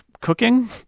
cooking